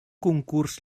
concurs